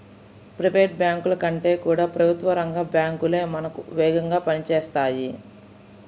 private బ్యాంకుల కంటే కూడా ప్రభుత్వ రంగ బ్యాంకు లే మనకు వేగంగా పని చేస్తాయి